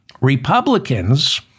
Republicans